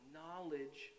knowledge